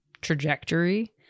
trajectory